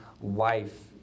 life